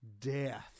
death